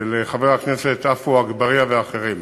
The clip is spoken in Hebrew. של חבר הכנסת עפו אגבאריה ואחרים.